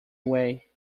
way